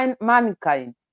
mankind